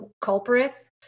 culprits